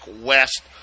West